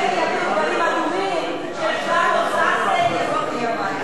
כשאלה יביאו דגלים אדומים של, זאת תהיה בעיה.